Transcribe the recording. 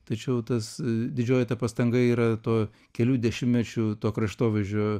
tačiau tas didžioji ta pastanga yra to kelių dešimtmečių to kraštovaizdžio